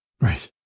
Right